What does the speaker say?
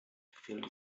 fällt